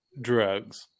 drugs